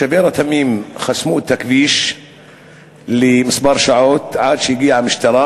תושבי רתמים חסמו את הכביש למספר שעות עד שהגיעה המשטרה,